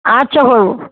আচ্ছা করবো